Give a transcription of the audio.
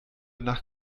nach